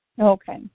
Okay